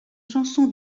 chanson